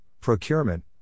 Procurement